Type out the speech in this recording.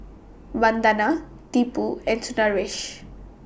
Vandana Tipu and Sundaresh